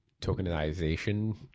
tokenization